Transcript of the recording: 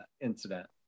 incident